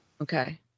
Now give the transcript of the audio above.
Okay